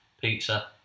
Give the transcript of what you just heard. pizza